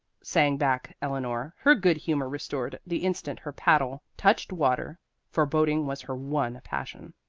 sang back eleanor, her good-humor restored the instant her paddle touched water for boating was her one passion.